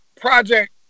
project